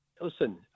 listen